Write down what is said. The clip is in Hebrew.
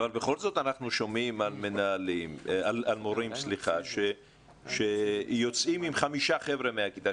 בכל זאת אנחנו שומעים על מורים שיוצאים עם חמישה חבר'ה מהכיתה